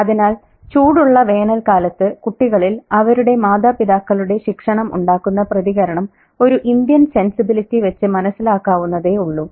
അതിനാൽ ചൂടുള്ള വേനൽക്കാലത്ത് കുട്ടികളിൽ അവരുടെ മാതാപിതാക്കളുടെ ശിക്ഷണം ഉണ്ടാക്കുന്ന പ്രതികരണം ഒരു ഇന്ത്യൻ സെൻസിബിലിറ്റി വെച്ച് മനസ്സിലാക്കാവുന്നതേയുള്ളൂ